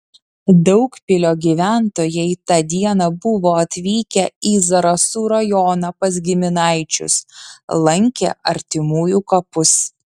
daugpilio gyventojai tą dieną buvo atvykę į zarasų rajoną pas giminaičius lankė artimųjų kapus